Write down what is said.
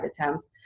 attempt